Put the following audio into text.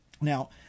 Now